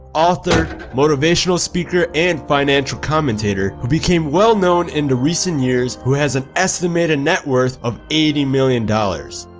author, motivational speaker, and financial commentator who became well-known in the recent years who has an estimated net worth of eighty million dollars!